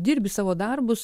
dirbi savo darbus